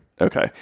Okay